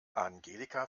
angelika